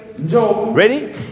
Ready